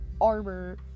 armor